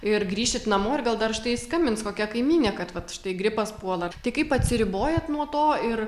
ir grįšit namo ir gal dar štai skambins kokia kaimynė kad vat štai gripas puola tai kaip atsiribojat nuo to ir